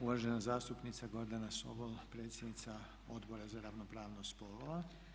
Uvažena zastupnica Gordana Sobol, predsjednica Odbora za ravnopravnost spolova.